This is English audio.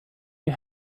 you